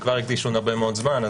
כבר הקדישו הרבה מאוד זמן.